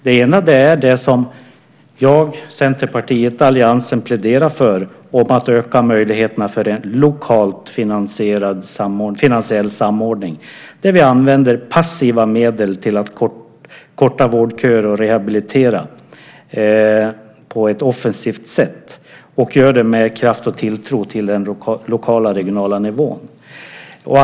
Det ena är det som jag, Centerpartiet och alliansen, pläderar för, nämligen att öka möjligheten för en lokal finansiell samordning där vi använder passiva medel på ett offensivt sätt och med kraft och tilltro till den lokala och regionala nivån för att korta vårdköer och rehabilitera.